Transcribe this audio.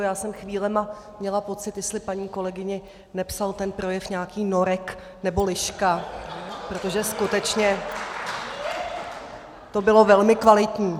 Já jsem chvílemi měla pocit, jestli paní kolegyni nepsal ten projev nějaký norek nebo liška, protože to skutečně bylo velmi kvalitní.